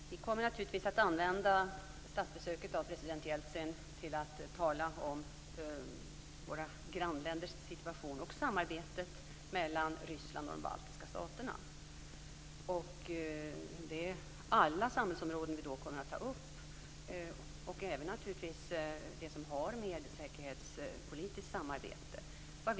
Herr talman! Vi kommer naturligtvis att använda president Jeltsins statsbesök till att tala om våra grannländers situation och om samarbetet mellan Ryssland och de baltiska staterna. Det är alla samhällsområden som vi då kommer att ta upp, naturligtvis även det som har med säkerhetspolitiskt samarbete att göra.